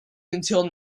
until